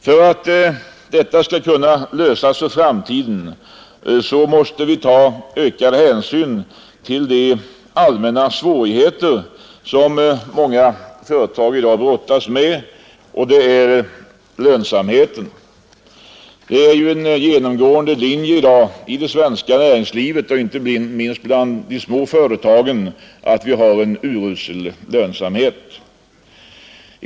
För att detta problem skall kunna lösas för framtiden måste vi ta ökad hänsyn till de allmänna svårigheter som många företag i dag brottas med, nämligen lönsamheten. Det är en genomgående linje i dag i det svenska näringslivet och inte minst bland de små företagen att vi har en urusel lönsamhet.